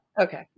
Okay